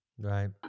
right